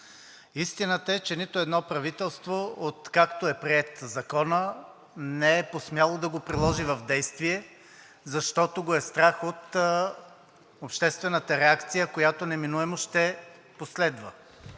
Истината е, че нито едно правителство, откакто е приет Законът, не е посмяло да го приложи в действие, защото го е страх от обществената реакция, която неминуемо ще последва,